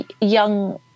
young